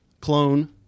clone